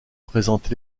présenter